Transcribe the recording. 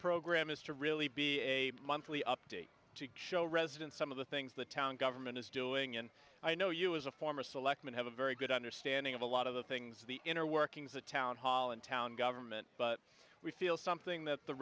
program is to really be a monthly update to show residents some of the things the town government is doing and i know you as a former selectman have a very good understanding of a lot of the things the inner workings the town hall in town government but we feel something that the